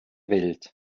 welt